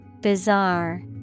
Bizarre